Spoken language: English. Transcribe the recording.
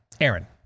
Aaron